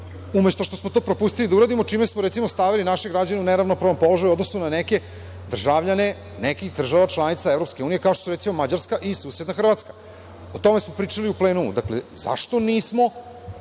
umesto što smo to propustili da uradimo, čime smo recimo stavili naše građane u neravnopravan položaj u odnosu na neke državljane nekih država članica EU, kao što su recimo Mađarska i susedna Hrvatska. O tome smo pričali u plenumu. Dakle, zašto nismo